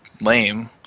lame